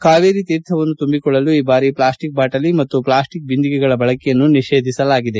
ಕಾವೇರಿ ತೀರ್ಥವನ್ನು ತುಂಬಿಕೊಳ್ಳಲು ಈ ಬಾರಿ ಪ್ಲಾಸ್ಟಿಕ್ ಬಾಟಲಿ ಮತ್ತು ಪ್ಲಾಸ್ಟಿಕ್ ಬಂದಿಗೆಗಳ ಬಳಕೆಯನ್ನು ನಿಷೇಧಿಸಲಾಗಿದೆ